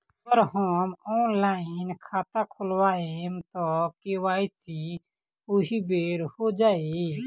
अगर हम ऑनलाइन खाता खोलबायेम त के.वाइ.सी ओहि बेर हो जाई